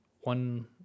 one